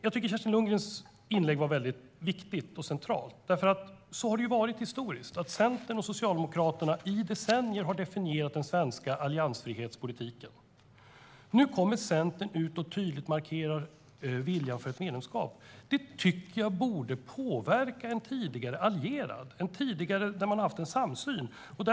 Jag tycker att Kerstin Lundgrens inlägg var väldigt viktigt och centralt. Det har ju historiskt varit så att Centern och Socialdemokraterna i decennier definierat den svenska alliansfrihetspolitiken. Nu markerar Centern tydligt viljan till ett medlemskap. Det tycker jag borde påverka en tidigare allierad som man tidigare haft samsyn med.